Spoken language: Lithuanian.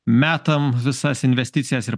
metam visas investicijas ir